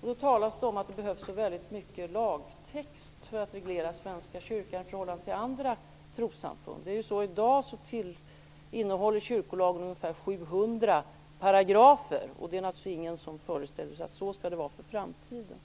Det talas om att det behövs så mycket lagtext för att reglera Svenska kyrkan i förhållande till andra trossamfund. I dag innehåller kyrkolagen omkring 700 paragrafer. Det är naturligtvis ingen som föreställer sig att det skall vara så även i framtiden.